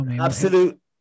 Absolute